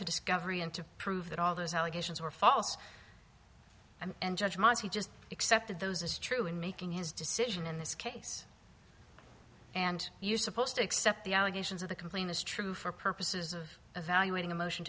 to discovery and to prove that all those allegations were false and judgements he just accepted those as true in making his decision in this case and you're supposed to accept the allegations of the complaint is true for purposes of evaluating a motion